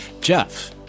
Jeff